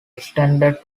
extended